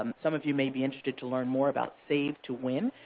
um some of you may be interested to learn more about save to win.